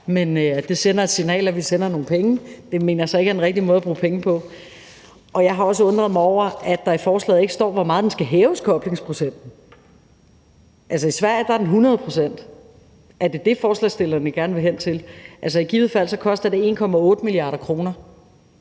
men det sender et signal, at vi sender nogle penge. Det mener jeg så ikke er den rigtige måde at bruge penge på. Og jeg har også undret mig over, at der i forslaget ikke står, hvor meget koblingsprocenten skal hæves. Altså, I Sverige er den 100 pct. Er det det, forslagsstillerne gerne vil hen til? I givet fald koster det 1,8 mia. kr.